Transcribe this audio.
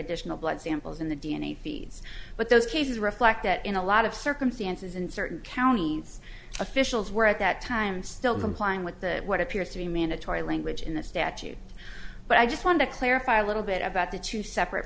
additional blood samples in the d n a feeds but those cases reflect that in a lot of circumstances in certain counties officials were at that time still complying with the what appears to be mandatory language in the statute but i just want to clarify a little bit about the two separate